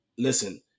listen